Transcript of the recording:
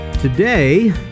Today